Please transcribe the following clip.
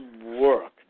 work